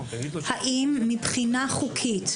האם מבחינה חוקית,